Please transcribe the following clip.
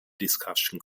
discussion